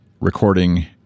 recording